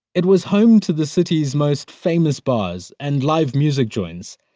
it was home to the city's most famous bars and live music joints,